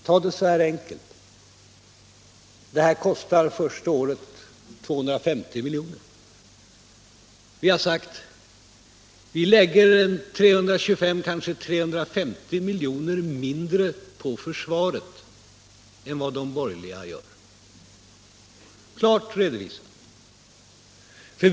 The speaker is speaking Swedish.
Ta det så här enkelt: Det här kostar första året 250 milj.kr. Vi har sagt: Vi lägger 325, kanske 350, miljoner mindre på försvaret än de borgerliga gör. Det har vi klart redovisat.